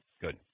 Good